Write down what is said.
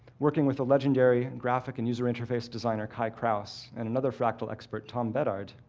working with the legendary and graphical user interface designer, kai krause, and another fractal expert, tom beddard,